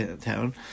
town